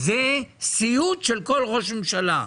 זה סיוט של כל ראש ממשלה,